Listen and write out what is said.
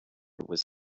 was